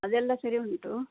ಅದೆಲ್ಲ ಸರಿ ಉಂಟು